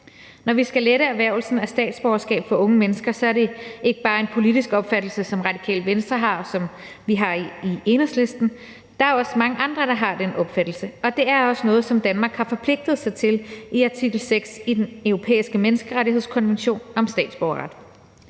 Når vi skal lette erhvervelsen af statsborgerskab for unge mennesker, er det ikke bare en politisk opfattelse, som Radikale Venstre har, og som vi har i Enhedslisten. Der er også mange andre, der har den opfattelse, og det er også noget, som Danmark har forpligtet sig til i artikel 6 i Den Europæiske Menneskerettighedskonvention om statsborgerret.